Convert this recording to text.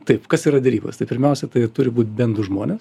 taip kas yra derybos tai pirmiausia tai turi būt bent du žmonės